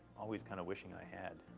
always kind of wishing i had,